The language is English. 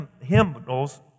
hymnals